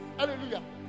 hallelujah